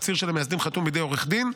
תצהיר של המייסדים חתום בידי עורך דין,